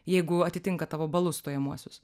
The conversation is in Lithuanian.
jeigu atitinka tavo balus stojamuosius